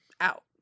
out